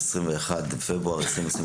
‏21 פברואר 2023,